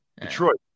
Detroit